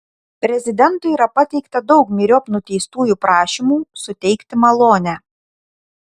prezidentui yra pateikta daug myriop nuteistųjų prašymų suteikti malonę